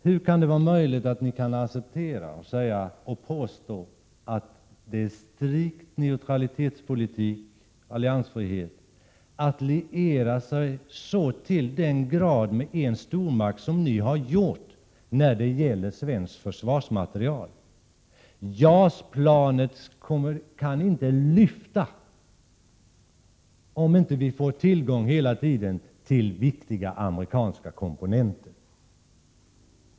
Hur kan ni socialdemokrater påstå att det är strikt neutralitetspolitik och alliansfrihet att liera sig så till den grad med en stormakt som ni har gjort när det gäller svensk försvarsmateriel? JAS-planet kan inte lyfta om det inte hela tiden finns tillgång till viktiga amerikanska komponenter.